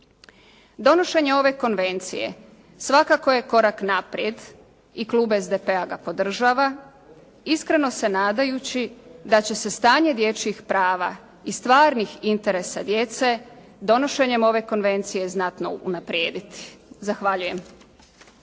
Donošenje konvencije svakako je korak naprijed i klub SDP-a ga podržava iskreno se nadajući da će se stanje dječjih prava i stvarnih interesa djece donošenjem ove konvencije znatno unaprijediti. Zahvaljujem.